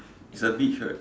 it's a beach right